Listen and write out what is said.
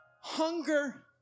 Hunger